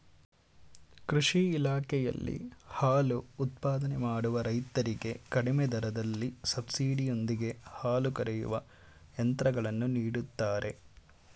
ಕೃಷಿ ಇಲಾಖೆಯಲ್ಲಿ ಹಾಲು ಉತ್ಪಾದನೆ ಮಾಡುವ ರೈತರಿಗೆ ಕಡಿಮೆ ದರದಲ್ಲಿ ಸಬ್ಸಿಡಿ ಯೊಂದಿಗೆ ಹಾಲು ಕರೆಯುವ ಯಂತ್ರಗಳನ್ನು ನೀಡುತ್ತಾರೆ